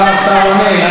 עכשיו השר עונה.